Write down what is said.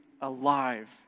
alive